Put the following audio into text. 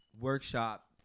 workshop